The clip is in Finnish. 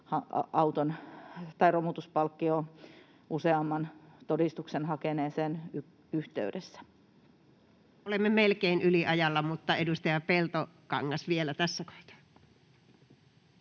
romutuspalkkiotodistuksen hakeneeseen yhteydessä. Olemme melkein yliajalla, mutta edustaja Peltokangas vielä tässä